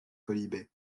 quolibets